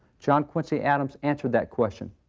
john quincy adams answered that question.